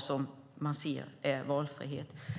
som man ser som valfrihet.